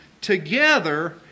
together